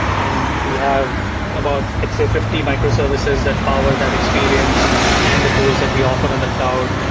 and we have about i'd say fifty microservices that power that experience and the tools that we offer on the cloud,